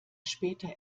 später